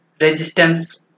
resistance